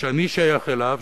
שאני שייך אליו,